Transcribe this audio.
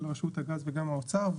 של רשות הגז וגם האוצר.